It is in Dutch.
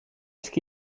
ski